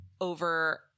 over